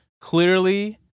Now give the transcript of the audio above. clearly